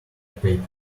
paper